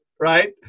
right